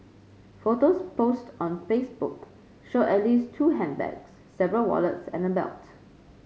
photos posted on Facebook showed at least two handbags several wallets and a belt